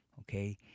okay